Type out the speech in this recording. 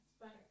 Better